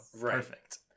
perfect